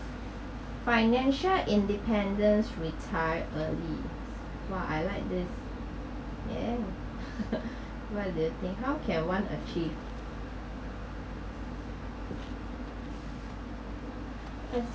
financial independence retire early !wah! I like this yeah what do you think how can one achieve I think